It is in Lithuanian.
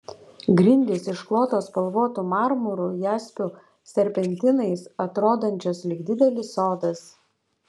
grindys išklotos spalvotu marmuru jaspiu serpentinais atrodančios lyg didelis sodas